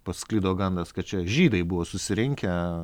pasklido gandas kad čia žydai buvo susirinkę